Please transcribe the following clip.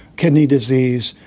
kidney disease.